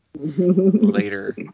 later